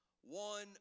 one